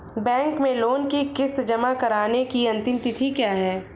Bank में loan की किश्त जमा कराने की अंतिम तिथि क्या है?